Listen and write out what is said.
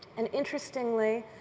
and interestingly,